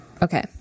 Okay